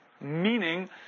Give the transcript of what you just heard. Meaning